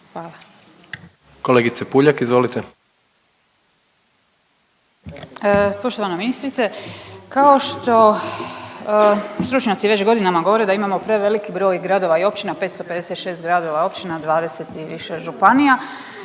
Marijana (Centar)** Poštovana ministrice. Kao što stručnjaci već godinama govore da imamo prevelik broj gradova i općina, 556 gradova i općina, 20 i više županija,